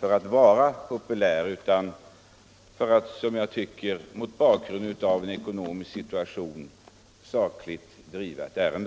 för att vara populär utan för att mot bakgrunden av en ekonomisk situation driva en som jag tycker saklig linje i ett ärende.